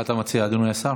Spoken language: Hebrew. מה אתה מציע, אדוני השר?